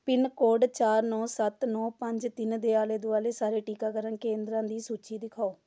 pin code ਚਾਰ ਨੌਂ ਸੱਤ ਨੌਂ ਪੰਜ ਤਿੰਨ ਦੇ ਆਲੇ ਦੁਆਲੇ ਸਾਰੇ ਟੀਕਾਕਰਨ ਕੇਂਦਰਾਂ ਦੀ ਸੂਚੀ ਦਿਖਾਓ